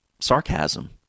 sarcasm